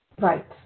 Right